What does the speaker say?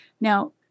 Now